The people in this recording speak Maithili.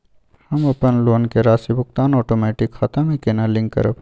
हम अपन लोन के राशि भुगतान ओटोमेटिक खाता से केना लिंक करब?